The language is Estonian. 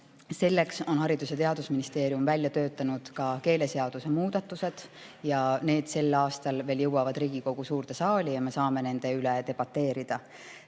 Selleks on Haridus- ja Teadusministeerium välja töötanud ka keeleseaduse muudatused ja need jõuavad veel sel aastal Riigikogu suurde saali ja me saame nende üle debateerida.